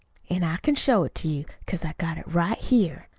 an' i can show it to you, cause i've got it right here.